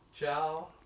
ciao